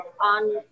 on